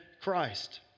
Christ